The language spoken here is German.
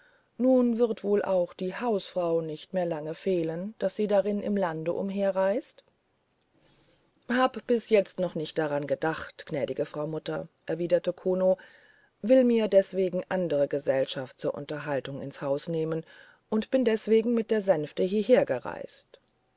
nun wird wohl auch die hausfrau nicht mehr lange fehlen daß sie darin im lande umherreist habe bis jetzt noch nicht daran gedacht gnädige frau mutter erwiderte kuno will mir deswegen andere gesellschaft zur unterhaltung ins haus nehmen und bin deswegen mit der sänfte